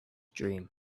dream